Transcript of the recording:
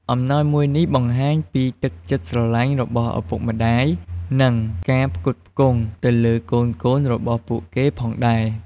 អំណោយមួយនេះបង្ហាញពីទឹកចិត្តស្រឡាញ់របស់ឪពុកម្ដាយ និងការផ្គត់ផ្គង់ទៅលើកូនៗរបស់ពួកគេផងដែរ។